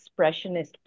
expressionist